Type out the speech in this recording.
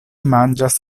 manĝas